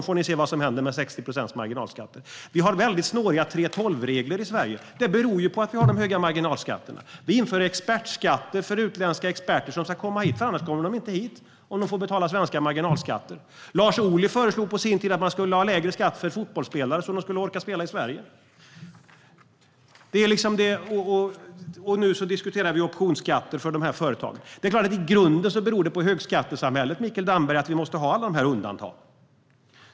Då får ni se vad som händer med 60 procents marginalskatter. Vi har väldigt snåriga 3:12-regler i Sverige. Det beror på att vi har de höga marginalskatterna. Vi införde expertskatter för utländska experter som kommer hit. De kommer inte hit om de får betala svenska marginalskatter. Lars Ohly föreslog på sin tid att det skulle vara lägre skatt för fotbollsspelare, så att de skulle orka spela i Sverige. Och nu diskuterar vi optionsskatter för de här företagen. Det är klart att det i grunden beror på högskattesamhället, Mikael Damberg, att vi måste ha alla de här undantagen.